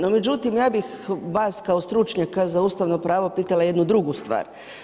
No međutim, ja bih vas kao stručnjaka za ustavno pravo pitala jednu drugu stvar.